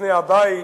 בפני הבית,